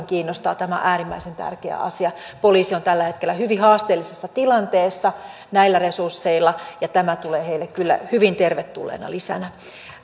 kiinnostaa tämä on äärimmäisen tärkeä asia poliisi on tällä hetkellä hyvin haasteellisessa tilanteessa näillä resursseilla ja tämä tulee heille kyllä hyvin tervetulleena lisänä